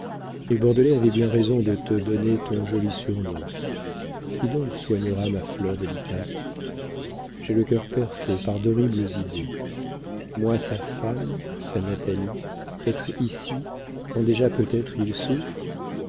les bordelais avaient bien raison de te donner ton joli surnom qui donc soignera ma fleur délicate j'ai le cœur percé par d'horribles idées moi sa femme sa natalie être ici quand déjà peut-être il souffre